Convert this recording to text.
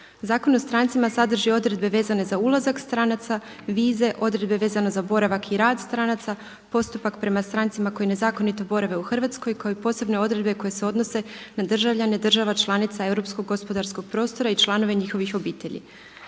Zakon o strancima sadrži odredbe vezane za ulazak stranaca, vize, odredbe vezane za boravak i rad stranaca, postupak prema strancima koji nezakonito borave u Hrvatskoj, koji posebne odredbe koje se odnose na državljane država članica europskog gospodarskog prostora i članove njihovih obitelji.